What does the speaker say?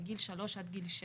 מגיל 3-6,